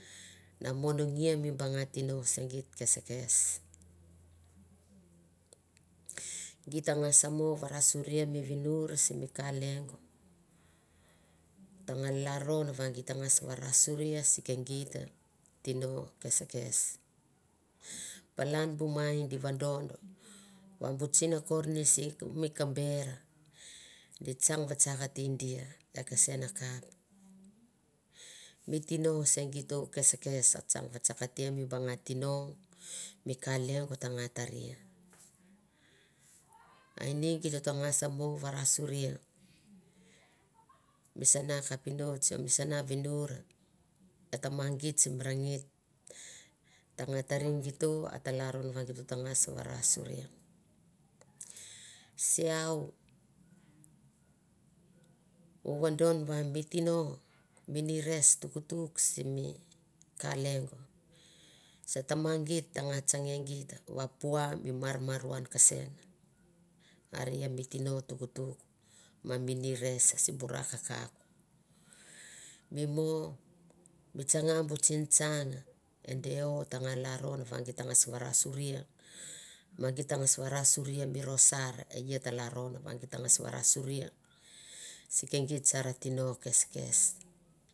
Na monongia mi banga tino keskes git ta ngas mo varasuria mi vinur simi ka kengo, ta nga laron va git ta ngas varasuria si ke git tino keskes. Palan bu mai di vadond va bu tsinakor ni simi kamber di tsang vatsaktisadia e kesen a kap. Mi tino se gito kesekes a tsang vatsakate mi banga tino mi ka leong ta nga taria. A ini gito ta ngas no varasuria mi sana kapinots o mi sana vinur e tama git simi rangit ta nga tari gito a ta lalron va gito ta ngas varasuria. Se iau uvodon va mi tino, mi nires tuktuk ma mi marmaruan kasen are ia mi tino tuktuk ma mi nires sim bu ra kakauk. mi mo mi tsanga bu tsintsang e deo t nga lalron va git ta ngas varasuria ma git ta ngas varasuria mi rosar e ia ta lalron va git ta ngas varasuria. varasuria, si ke git sar tino keskes.